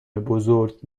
بزرگ